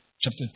chapter